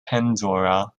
pandora